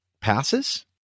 passes